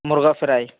مرغا فرائی